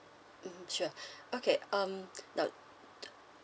mm sure okay um the